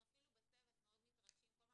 אנחנו אפילו בצוות מאוד מתרגשים כל פעם